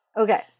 okay